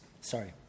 Sorry